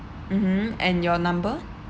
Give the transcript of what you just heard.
mmhmm and your number